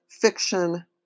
fiction